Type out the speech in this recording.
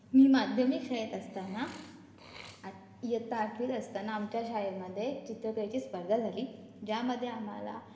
मी माध्यमिक शाळेत असताना आत इयत्ता आठवीत असताना आमच्या शाळेमध्ये चित्रकलेची स्पर्धा झाली ज्यामध्ये आम्हाला